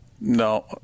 No